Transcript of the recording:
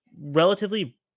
relatively